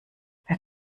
wer